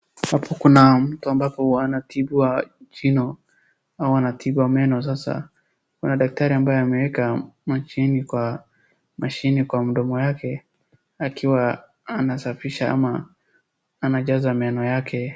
Hapo kuna mtu ambapo anatibiwa jino aua anatibiwa meno na kuna daktari ambaye ameeka mashini kwa mdomo yake akiwa anasafisha ama anajaza meno yake.